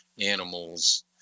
animals